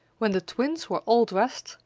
when the twins were all dressed,